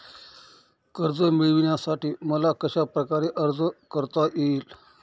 कर्ज मिळविण्यासाठी मला कशाप्रकारे अर्ज करता येईल?